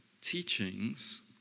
teachings